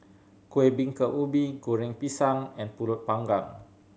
Kueh Bingka Ubi Goreng Pisang and Pulut Panggang